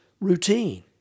routine